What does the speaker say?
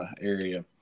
area